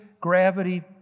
gravity